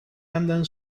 andan